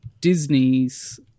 Disney's